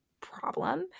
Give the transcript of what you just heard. problem